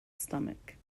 stomach